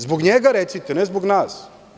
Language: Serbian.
Zbog njega recite, a ne zbog nas.